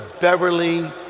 Beverly